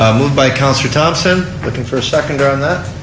um moved by counsellor thomson. looking for a seconder on that.